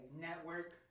network